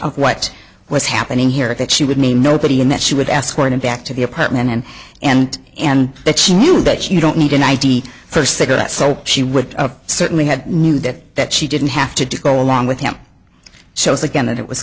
of what was happening here that she would mean nobody and that she would ask for him back to the apartment and and and that she knew that you don't need an i d for cigarettes so she would certainly have knew that that she didn't have to go along with him shows again that it was